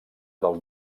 del